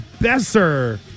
Besser